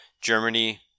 Germany